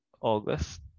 August